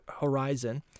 horizon